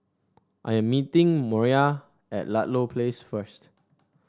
I am meeting Moriah at Ludlow Place first